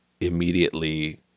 immediately